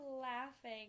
laughing